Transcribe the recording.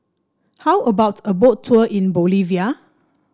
how about a Boat Tour in Bolivia